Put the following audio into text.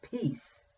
peace